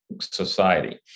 society